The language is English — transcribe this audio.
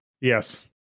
Yes